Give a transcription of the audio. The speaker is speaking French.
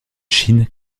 chine